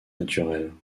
naturelles